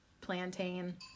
plantain